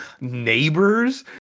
neighbors